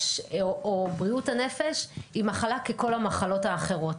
ובריאות הנפש היא מחלה ככל המחלות האחרות.